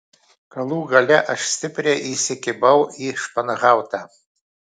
galų gale aš stipriai įsikibau į španhautą